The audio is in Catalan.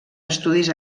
estudis